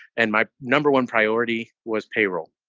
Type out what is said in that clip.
and my number one priority was payroll.